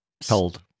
told